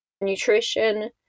nutrition